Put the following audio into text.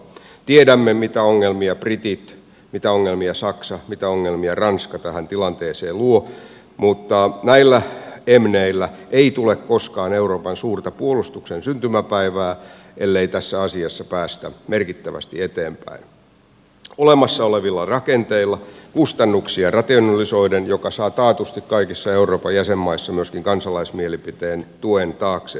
tiedämme mitä ongelmia britit mitä ongelmia saksa mitä ongelmia ranska tähän tilanteeseen luovat mutta näillä emneillä ei tule koskaan euroopan suurta puolustuksen syntymäpäivää ellei tässä asiassa päästä merkittävästi eteenpäin olemassa olevilla rakenteilla kustannuksia rationalisoiden mikä saa taatusti kaikissa euroopan jäsenmaissa myöskin kansalaismielipiteen tuen taakseen